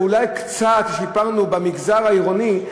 אולי קצת שיפרנו במגזר העירוני,